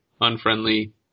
unfriendly